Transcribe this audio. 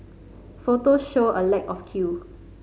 photo showed a lack of queue